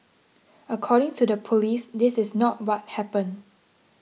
according to the police this is not what happened